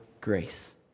grace